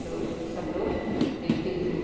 तो सब लोग देखते हैं